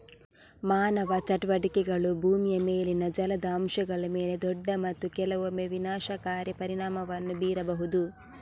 ಮಾನವ ಚಟುವಟಿಕೆಗಳು ಭೂಮಿಯ ಮೇಲಿನ ಜಲದ ಅಂಶಗಳ ಮೇಲೆ ದೊಡ್ಡ ಮತ್ತು ಕೆಲವೊಮ್ಮೆ ವಿನಾಶಕಾರಿ ಪರಿಣಾಮವನ್ನು ಬೀರಬಹುದು